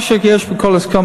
מה שיש בכל הסכם,